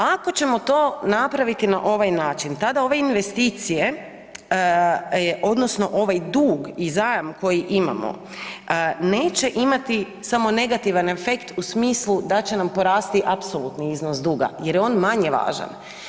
Ako ćemo to napraviti na ovaj način, tada ove investicije, odnosno ovaj dug i zajam koji imamo neće imati samo negativan efekt u smislu da će nam porasti apsolutni iznos duga jer je on manje važan.